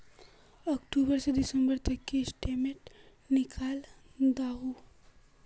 अक्टूबर से दिसंबर तक की स्टेटमेंट निकल दाहू?